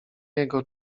jego